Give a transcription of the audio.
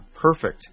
perfect